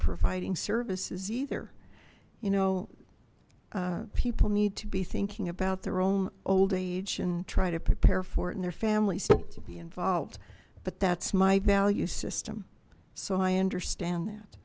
providing services either you know people need to be thinking about their own old age and try to prepare for it and their families need to be involved but that's my value system so i understand